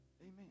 Amen